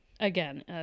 again